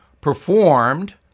performed